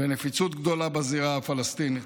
בנפיצות גדולה בזירה הפלסטינית?